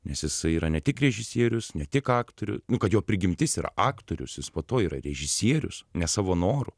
nes jisai yra ne tik režisierius ne tik aktorių nu kad jo prigimtis yra aktorius jis po to yra režisierius ne savo noru